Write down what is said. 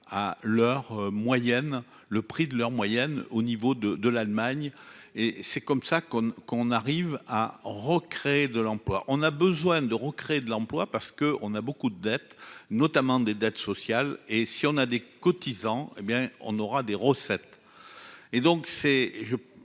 à leur moyenne, le prix de leur moyenne au niveau de, de l'Allemagne, et c'est comme ça qu'on qu'on arrive à recréer de l'emploi, on a besoin de recréer de l'emploi parce que on a beaucoup de dettes, notamment des dettes sociales et si on a des cotisants, hé bien on aura des recettes